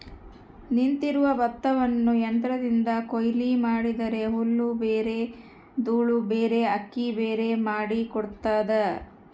ನಿಂತಿರುವ ಭತ್ತವನ್ನು ಯಂತ್ರದಿಂದ ಕೊಯ್ಲು ಮಾಡಿದರೆ ಹುಲ್ಲುಬೇರೆ ದೂಳುಬೇರೆ ಅಕ್ಕಿಬೇರೆ ಮಾಡಿ ಕೊಡ್ತದ